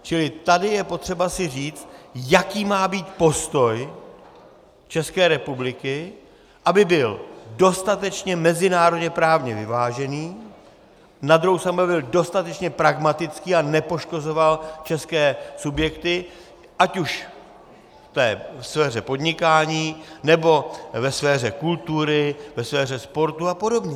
Čili tady je potřeba si říct, jaký má být postoj České republiky, aby byl dostatečně mezinárodněprávně vyvážený, na druhou stranu aby byl dostatečně pragmatický a nepoškozoval české subjekty ať už ve sféře podnikání, nebo ve sféře kultury, ve sféře sportu a podobně.